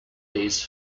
these